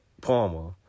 palmer